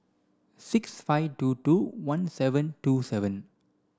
six five two two one seven two seven